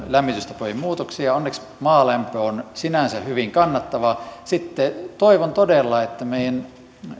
lämmitystapojen muutoksia onneksi maalämpö on sinänsä hyvin kannattavaa sitten toivon todella että meidän